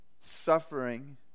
suffering